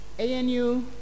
ANU